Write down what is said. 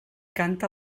canta